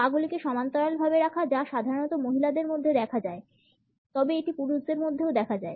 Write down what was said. পা গুলিকে সমান্তরাল ভাবে রাখা যা সাধারণত মহিলাদের মধ্যে দেখা যায় তবে এটি পুরুষদের মধ্যেও দেখা যায়